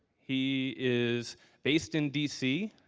he is based in dc.